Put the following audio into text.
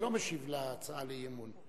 לא משיב להצעת האי-אמון.